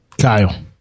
Kyle